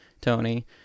Tony